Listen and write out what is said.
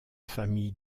famille